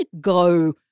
go